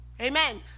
Amen